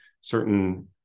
certain